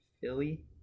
Philly